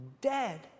dead